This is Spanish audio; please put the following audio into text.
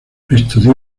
estudió